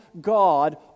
God